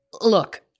Look